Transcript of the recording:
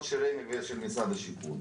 של רמ"י ולכן לא הגיוני שרמ"י הגיעו,